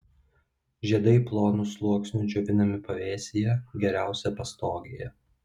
žiedai plonu sluoksniu džiovinami pavėsyje geriausia pastogėje